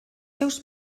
seus